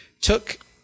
took